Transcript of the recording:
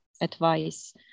advice